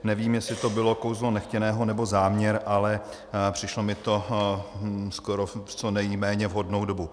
Nevím, jestli to bylo kouzlo nechtěného, nebo záměr, ale přišlo mi to ve skoro co nejméně vhodnou dobu.